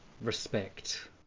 respect